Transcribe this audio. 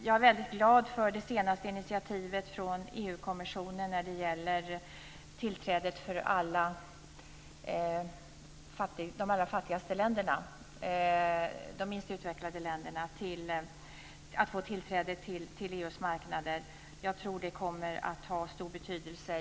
Jag är väldigt glad över det senaste initiativet från EU-kommissionen när det gäller tillträdet för de allra fattigaste länderna, de minst utvecklade länderna, till EU:s marknader. Jag tror att det kommer att ha stor betydelse.